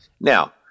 Now